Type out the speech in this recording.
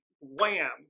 wham